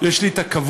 יש לי הכבוד,